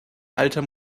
alter